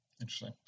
Interesting